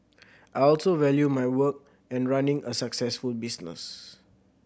I also value my work and running a successful business